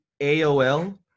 aol